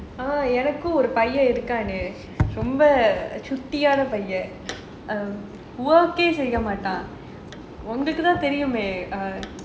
எனக்கு ஒரு பையன் இருக்கானே ரொம்ப சுட்டியான பையன்:enakku oru paiyan irukaanae romba sutiiyaana paiyan work செய்யமாட்டான் உங்களுக்குத்தான் தெரியுமே:seyyamaataan ungaluku thaan theriyumae